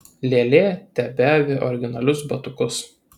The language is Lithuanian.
lėlė tebeavi originalius batukus